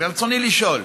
ברצוני לשאול: